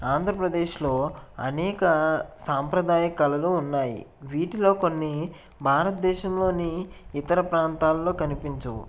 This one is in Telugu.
ఆంధ్రప్రదేశ్లో అనేక సాంప్రదాయ కళలు ఉన్నాయి వీటిలో కొన్ని భారతదేశంలోని ఇతర ప్రాంతాలలో కనిపించవు